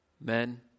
men